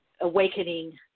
awakening